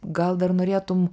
gal dar norėtum